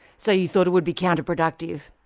so you thought it would be counterproductive?